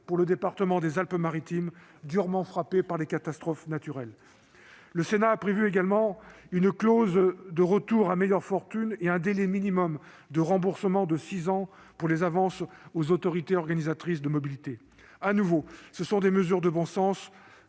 au département des Alpes-Maritimes, durement frappé par des catastrophes naturelles. Le Sénat a également prévu une clause de retour à meilleure fortune et un délai minimal de remboursement de six ans pour les avances aux autorités organisatrices de la mobilité. Ce sont elles aussi des mesures de bon sens,